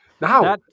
Now